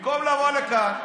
במקום לבוא לכאן,